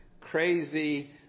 crazy